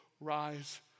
rise